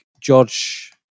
George